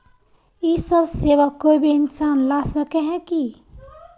इ सब सेवा कोई भी इंसान ला सके है की?